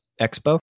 expo